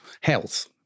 health